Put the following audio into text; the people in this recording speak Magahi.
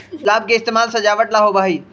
गुलाब के इस्तेमाल सजावट ला होबा हई